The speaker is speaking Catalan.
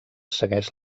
segueix